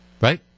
Right